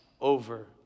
over